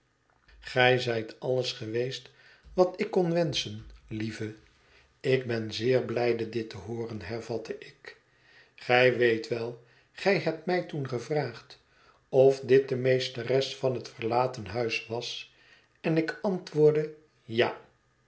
gij zijt alles geweest wat ik kon wenschen lieve ik ben zeer blijde dit te hooren hervatte ik gij weet wel gij hebt mij toen gevraagd of dit de meesteres van het verlaten huis was en ik antwoordde ja